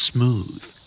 Smooth